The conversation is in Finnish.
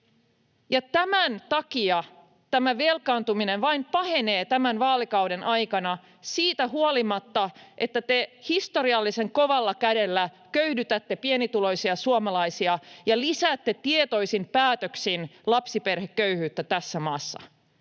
Tämän takia tämä velkaantuminen vain pahenee tämän vaalikauden aikana siitä huolimatta, että te historiallisen kovalla kädellä köyhdytätte pienituloisia suomalaisia ja lisäätte tietoisin päätöksin lapsiperheköyhyyttä tässä maassa.